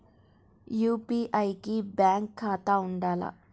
UPI కి bank ఖాతా ఉండాల?